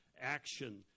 action